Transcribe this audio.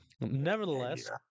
nevertheless